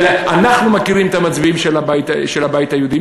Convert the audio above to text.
אנחנו מכירים את המצביעים של הבית היהודי,